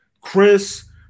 Chris